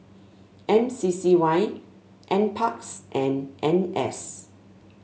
M C C Y N parks and N S